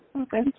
okay